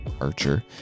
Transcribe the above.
Archer